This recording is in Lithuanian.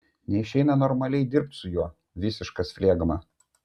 neišeina normaliai dirbt su juo visiškas flegma